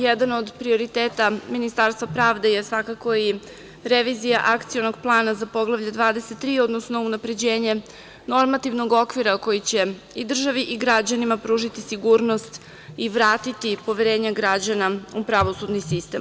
Jedan od prioriteta Ministarstva pravde je svakako i revizija Akcionog plana za Poglavlje 23, odnosno unapređenje normativnog okvira koji će i državi i građanima pružiti sigurnost i vratiti poverenje građana u pravosudni sistem.